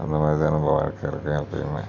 அந்த மாதிரி தான் நம்ப வாழ்க்கை இருக்குது எப்போயிமே